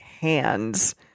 hands